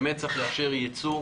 עלינו להציב יעדים לטווח הקצר